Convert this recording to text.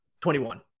21